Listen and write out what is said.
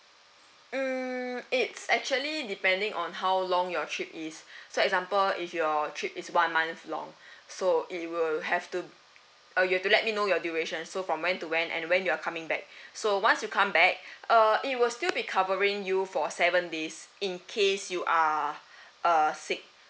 mm it's actually depending on how long your trip is so example if your trip is one month long so it will have to be uh you have to let me know your duration so from when to when and when you are coming back so once you come back uh it will still be covering you for seven days in case you are uh sick